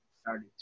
started